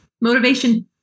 motivation